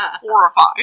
Horrified